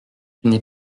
n’est